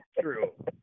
True